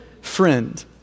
friend